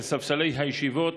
אל ספסלי הישיבות,